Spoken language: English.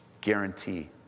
guarantee